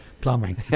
plumbing